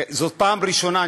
וזו פעם ראשונה,